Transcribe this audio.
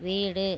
வீடு